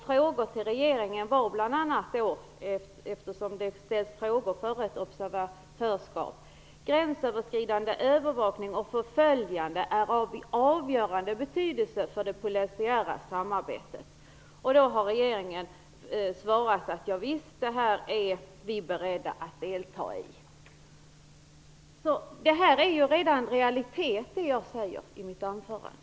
Frågor till regeringen - det ställs ju frågor före ett observatörskap - gällde bl.a. detta med att gränsöverskridande övervakning och förföljande är av avgörande betydelse för det polisiära samarbetet. Regeringen har svarat att ja visst, det är vi beredda att delta i. Så det jag säger i mitt anförande är redan en realitet.